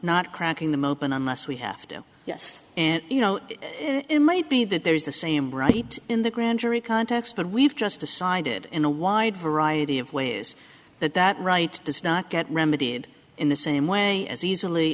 not cracking the most in unless we have to yes and you know it might be that there is the same right in the grand jury context but we've just decided in a wide variety of ways that that right does not get remedied in the same way as easily